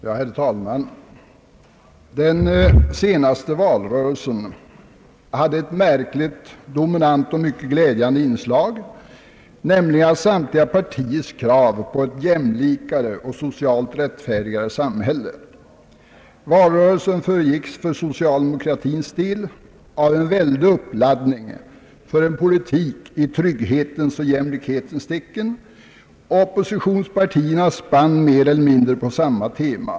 Herr talman! Den senaste valrörelsen hade ett märkligt dominant och mycket glädjande inslag, nämligen samtliga partiers krav på ett mera jämlikt och socialt mera rättfärdigt samhälle. Valrörelsen föregicks för socialdemokratins del av en väldig uppladdning för en politik i trygghetens och jämlikhetens tecken. Oppositionspartierna spann mer eller mindre på samma tema.